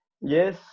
yes